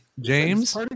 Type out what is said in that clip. James